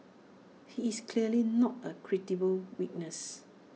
he is clearly not A credible witness